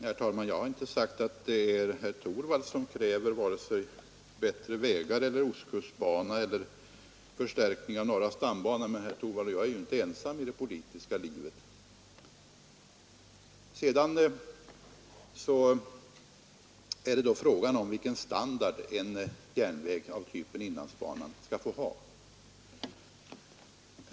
Herr talman! Jag har inte sagt att det är herr Torwald som kräver bättre vägar eller ostkustbana eller förstärkning av norra stambanan. Men herr Torwald och jag är ju inte ensamma i det politiska livet. Frågan är vilken standard en järnväg av typ inlandsbanan skall få ha.